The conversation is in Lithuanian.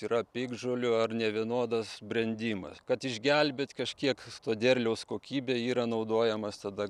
yra piktžolių ar nevienodas brendimas kad išgelbėt kažkiek to derliaus kokybę yra naudojamas tada